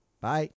Bye